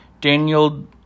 Daniel